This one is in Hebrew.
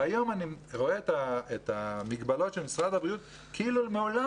היום אני רואה את המגבלות של משרד החינוך כאילו מעולם